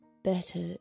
better